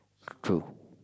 true